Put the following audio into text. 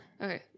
Okay